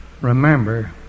remember